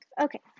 Okay